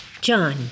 John